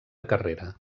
carrera